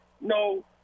No